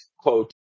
quote